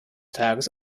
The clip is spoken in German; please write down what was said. tages